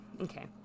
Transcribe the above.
Okay